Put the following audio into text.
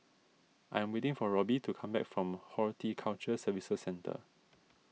I am waiting for Robbie to come back from Horticulture Services Centre